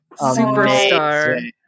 superstar